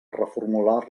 reformular